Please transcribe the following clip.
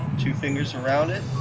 two fingers around it.